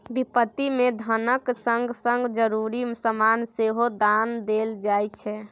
बिपत्ति मे धनक संग संग जरुरी समान सेहो दान देल जाइ छै